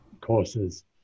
courses